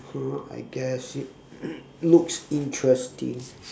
!huh! I guess it looks interesting